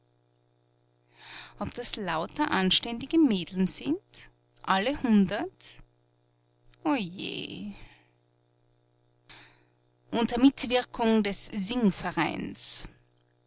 ob das lauter anständige mädeln sind alle hundert o jeh unter mitwirkung des